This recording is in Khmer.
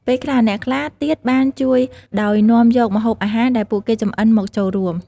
ពេលខ្លះ អ្នកខ្លះទៀតបានជួយដោយនាំយកម្ហូបអាហារដែលពួកគេចម្អិនមកចូលរួម។